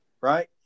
right